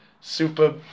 super